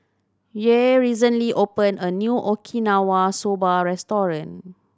Yair recently opened a new Okinawa Soba Restaurant